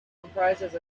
comprises